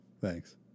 Thanks